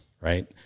Right